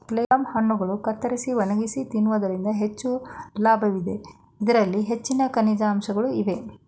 plum ಹಣ್ಣುಗಳನ್ನು ಕತ್ತರಿಸಿ ಒಣಗಿಸಿ ತಿನ್ನುವುದರಿಂದ ಹೆಚ್ಚು ಲಾಭ ಇದೆ, ಇದರಲ್ಲಿ ಹೆಚ್ಚಿನ ಖನಿಜಾಂಶಗಳು ಇವೆ